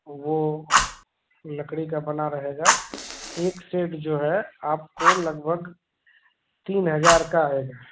वह लकड़ी का बना रहेगा एक सेट जो है आपको लगभग तीन हज़ार का आएगा